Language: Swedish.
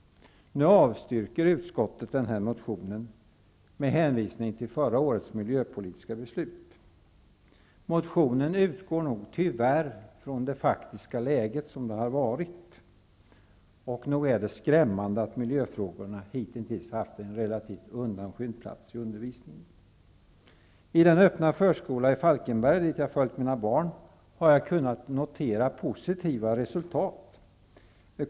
Nu avstyrker utskottet den här motionen med hänvisning till förra årets miljöpolitiska beslut. Motionen utgår nog tyvärr från det faktiska läget, som det har varit. Nog är det skrämmande att miljöfrågorna hittills har haft en relativt undanskymd plats i undervisningen. I den öppna förskola i Falkenberg dit jag har följt mina barn har jag kunnat notera positiva resultat.